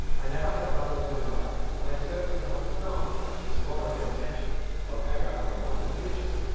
i never had a brother in my life, and i certainly have not the smallest intention of ever having one in the future.